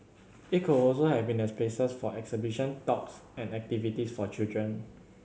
it could also have been spaces for exhibition talks and activities for children